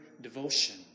devotion